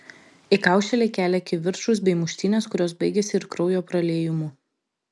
įkaušėliai kelia kivirčus bei muštynes kurios baigiasi ir kraujo praliejimu